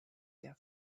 der